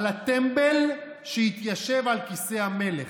על הטמבל שהתיישב על כיסא המלך.